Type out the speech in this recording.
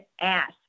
ask